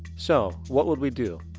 so what would we do?